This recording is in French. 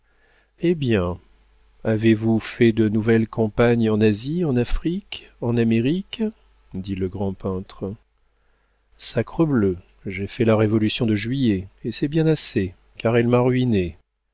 eh bien avez-vous fait de nouvelles campagnes en asie en afrique en amérique dit le grand peintre sacrebleu j'ai fait la révolution de juillet et c'est bien assez car elle m'a ruiné